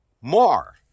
more